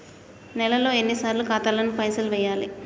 నెలలో ఎన్నిసార్లు ఖాతాల పైసలు వెయ్యాలి?